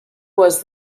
was